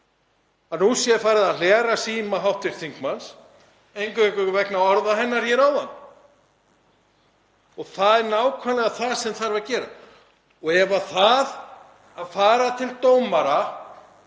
að nú sé farið að hlera síma hv. þingmanns eingöngu vegna orða hennar hér áðan. Það er nákvæmlega það sem þarf að gera. Ef það að fara til dómara